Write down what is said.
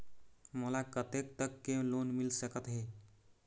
मोला कतेक तक के लोन मिल सकत हे?